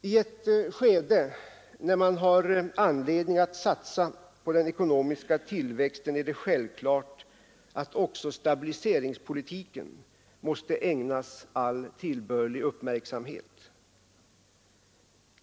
I ett skede när man har anledning att satsa på den ekonomiska tillväxten är det självklart att också stabiliseringspolitiken måste ägnas all tillbörlig uppmärksamhet.